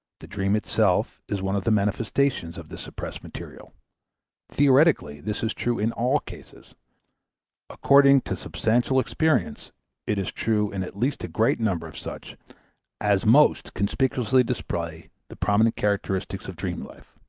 the dream itself is one of the manifestations of this suppressed material theoretically, this is true in all cases according to substantial experience it is true in at least a great number of such as most conspicuously display the prominent characteristics of dream life.